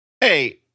Hey